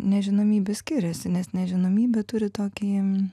nežinomybė skiriasi nes nežinomybė turi tokį